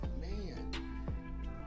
man